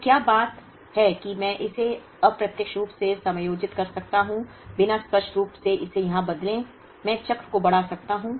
तो क्या बात है कि मैं इसे अप्रत्यक्ष रूप से समायोजित कर सकता हूं बिना स्पष्ट रूप से इसे यहां बदले मैं चक्र को बढ़ा सकता हूं